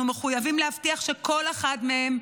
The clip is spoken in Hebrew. אנחנו מחויבים להבטיח שכל אחד מהם,